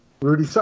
Rudy